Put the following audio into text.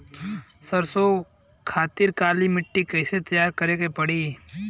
सरसो के खेती के खातिर काली माटी के कैसे तैयार करे के पड़ी?